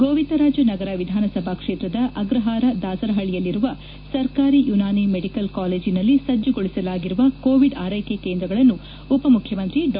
ಗೋವಿಂದರಾಜ ನಗರ ವಿಧಾನಸಭಾ ಕ್ಷೇತ್ರದ ಅಗ್ರಹಾರ ದಾಸರಹಳ್ಳಿಯಲ್ಲಿರುವ ಸರ್ಕಾರಿ ಯುನಾನಿ ಮೆಡಿಕಲ್ ಕಾಲೇಜಿನಲ್ಲಿ ಸಜ್ಜುಗೊಳಿಸಲಾಗಿರುವ ಕೋವಿಡ್ ಆರೈಕೆ ಕೇಂದ್ರಗಳನ್ನು ಉಪಮುಖ್ಯಮಂತ್ರಿ ಡಾ